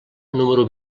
número